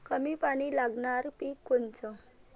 कमी पानी लागनारं पिक कोनचं?